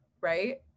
right